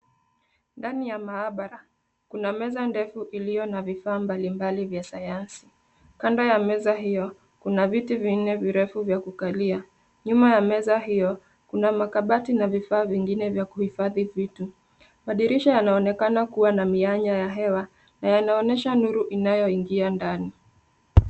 Ndani ya maabara kuna meza ndefu iliyo na vifaa mbalimbali vya sayansi. Kando ya meza hiyo kuna viti vinne virefu vya kukalia. Nyuma ya meza hiyo kuna makabati na vifaa vingine vya kuhifadhi vitu. Madirisha yanaonekana kuwa na mianya ya hewa na yanaonyesha nuru inayoingia ndani.